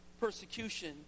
persecution